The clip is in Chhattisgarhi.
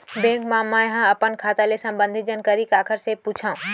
बैंक मा मैं ह अपन खाता ले संबंधित जानकारी काखर से पूछव?